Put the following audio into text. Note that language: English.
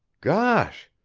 gosh!